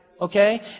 Okay